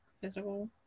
physical